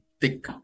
thick